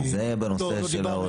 לא דיברנו.